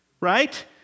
right